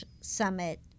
summit